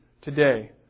today